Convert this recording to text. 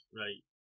right